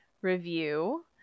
review